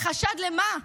בחשד למה?